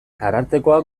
arartekoak